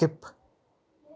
skip